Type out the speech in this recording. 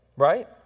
right